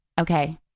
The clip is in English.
Okay